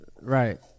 right